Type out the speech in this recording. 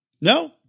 No